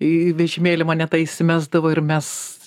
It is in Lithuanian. į vežimėlį mane tą įsimesdavo ir mes